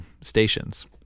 stations